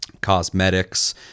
cosmetics